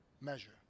measure